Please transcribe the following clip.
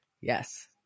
Yes